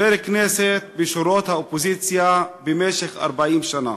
חבר כנסת בשורות האופוזיציה במשך 40 שנה.